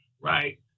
right